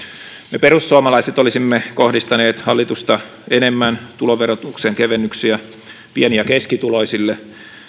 me perussuomalaiset olisimme kohdistaneet hallitusta enemmän tuloverotuksen kevennyksiä pieni ja keskituloisille